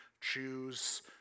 choose